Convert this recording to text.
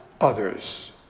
others